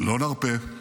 לא נרפה.